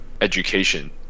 education